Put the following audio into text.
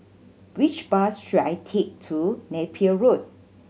which bus should I take to Napier Road